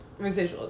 residuals